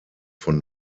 von